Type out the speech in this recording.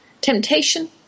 Temptation